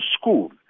school